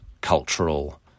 cultural